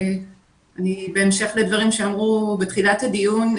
בהמשך לדברים שאמרו בתחילת הדיון,